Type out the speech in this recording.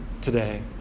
today